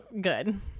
good